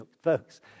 folks